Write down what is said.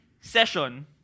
session